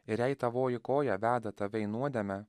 ir jei tavoji koja veda tave į nuodėmę